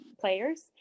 players